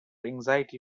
anxiety